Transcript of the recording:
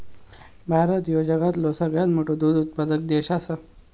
भारत ह्यो जगातलो सगळ्यात मोठो दूध उत्पादक देश आसा